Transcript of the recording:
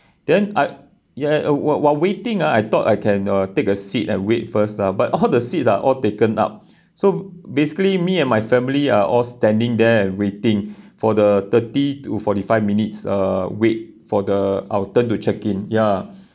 then I ya while~ while waiting ah I thought I can uh take a seat and wait first lah but all the seats are all taken up so basically me and my family are all standing there and waiting for the thirty to forty five minutes uh wait for the our turn to check in ya